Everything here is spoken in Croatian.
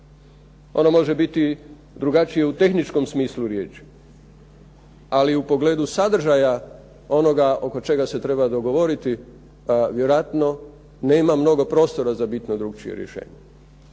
Ono može biti drugačije u tehničkom smislu riječi, ali u pogledu sadržaja onoga oko čega se treba dogovoriti, vjerojatno nema mnogo prostora za bitno drugačije rješenje.